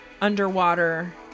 Underwater